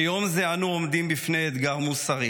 ביום זה אנו עומדים בפני אתגר מוסרי,